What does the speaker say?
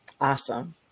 awesome